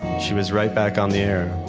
she was right back on the air.